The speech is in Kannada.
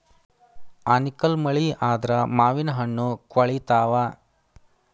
ಆನಿಕಲ್ಲ್ ಮಳಿ ಆದ್ರ ಮಾವಿನಹಣ್ಣು ಕ್ವಳಿತಾವ